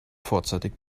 vorzeitig